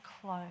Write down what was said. clothes